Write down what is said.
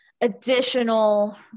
additional